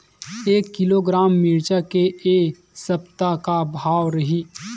एक किलोग्राम मिरचा के ए सप्ता का भाव रहि?